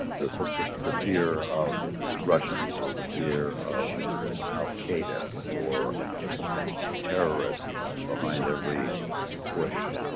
the the fear of russians or the fear of al-qaeda or terrorists behind every bush,